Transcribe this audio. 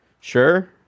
sure